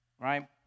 right